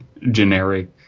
generic